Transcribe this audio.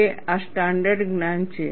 હવે આ સ્ટાન્ડર્ડ જ્ઞાન છે